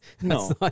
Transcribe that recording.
no